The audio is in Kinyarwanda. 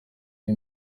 iyo